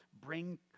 bring